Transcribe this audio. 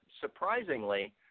surprisingly